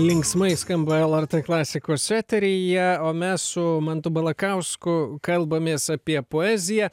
linksmai skamba lrt klasikos eteryje o mes su mantu balakausku kalbamės apie poeziją